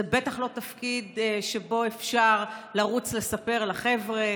זה בטח לא תפקיד שבו אפשר לרוץ לספר לחבר'ה,